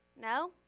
no